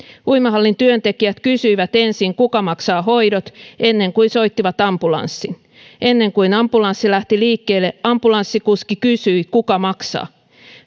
uimahallin työntekijät kysyivät ensin kuka maksaa hoidot ennen kuin soittivat ambulanssin ennen kuin ambulanssi lähti liikkeelle ambulanssikuski kysyi kuka maksaa